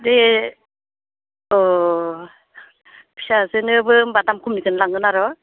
दे अह फिसाजोनोबो होमबा दाम खमनिखौनो लांगोन आरो